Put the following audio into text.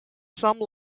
some